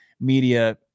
media